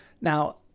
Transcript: Now